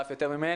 ואף יותר ממני.